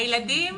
הילדים